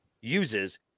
uses